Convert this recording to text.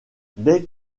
dès